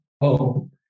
home